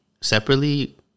separately